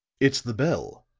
it's the bell,